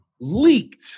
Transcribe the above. leaked